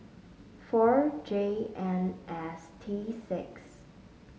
four J N S T six